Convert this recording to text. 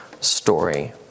story